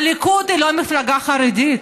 הליכוד היא לא מפלגה חרדית,